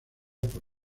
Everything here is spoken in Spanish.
por